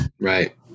Right